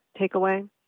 takeaway